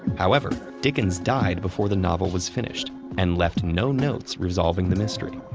however, dickens died before the novel was finished and left no notes resolving the mystery.